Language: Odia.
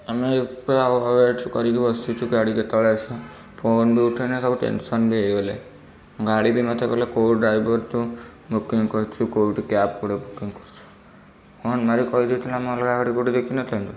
ଆମେ ପୁରା ୱେଟ୍ କରିକି ବସିଛୁ ଗାଡ଼ି କେତେବେଳେ ଆସିବ ଫୋନ ବି ଉଠାଉ ନାହିଁ ସବୁ ଟେନସନ୍ ବି ହେଇଗଲେ ଗାଳି ବି ମୋତେ କଲେ କେଉଁ ଡ୍ରାଇଭର ତୁ ବୁକିଂ କରିଛୁ କେଉଁଠି କ୍ୟାବ୍ ଗୋଟେ ବୁକିଂ କରିଛୁ ଫୋନ ମାରିକି କହିଦେଇଥିଲେ ଆମେ ଅଲଗା ଗାଡ଼ି କୁଆଡ଼େ ଦେଖିନଥାନ୍ତୁ